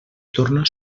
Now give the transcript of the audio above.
torna